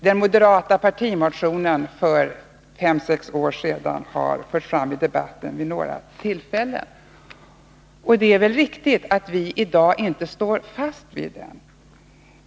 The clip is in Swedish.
Den moderata partimotionen för fem sex år sedan har förts fram i debatten vid några tillfällen. Det är väl riktigt att vi i dag inte står fast vid den.